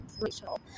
Rachel